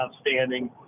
outstanding